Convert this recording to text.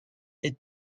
est